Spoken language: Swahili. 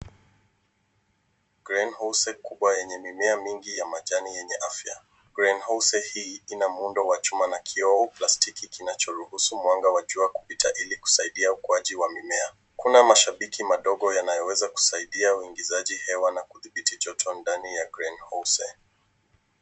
Greenhouse kubwa yenye mimea mingi ya majani yenye afya. Greenhouse hii ina muundo wa chuma na kioo plastiki kinachoruhusu mwanga wa jua kupita ili kusaidia ukuaji wa mimea. Kuna mashabiki madogo yanayoweza kusaidia uingizaji hewa na kudhibiti joto ndani ya greenhouse .